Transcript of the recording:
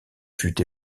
fût